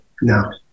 no